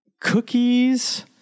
cookies